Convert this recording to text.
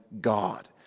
God